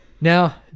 now